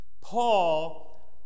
Paul